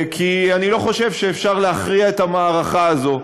כי אני לא חושב שאפשר להכריע במערכה הזאת.